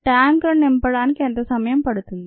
ట్యాంకును నింపడానికి ఎంత సమయం పడుతుంది